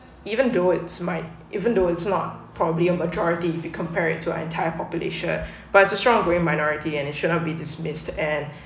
even though it might even though it's not probably a majority be compared to entire population but it's a strongly minority and it should not be dismissed and